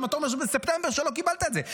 למה אתה אומר בספטמבר שלא קיבלת את זה?